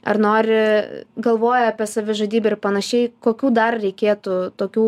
ar nori galvoja apie savižudybę ir panašiai kokių dar reikėtų tokių